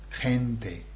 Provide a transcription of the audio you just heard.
Gente